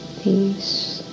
peace